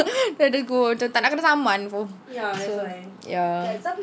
tak nak kena saman so ya